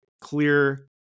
clear